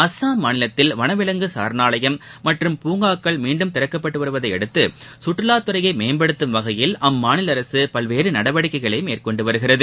அசாம் மாநிலத்தில் வன விலங்கு சராணாலயம் மற்றும் பூங்காக்கள் மீண்டும் திறக்கப்பட்டு வருவதை அடுத்து கற்றவாத்துறைய மேம்படுத்தும் வகையில் அம்மாநில அரசு பல்வேறு நடவடிக்கைகளை மேற்கொண்டு வருகிறது